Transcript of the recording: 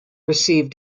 received